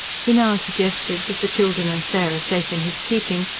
he now suggested that, the children and sarah safe in his keeping,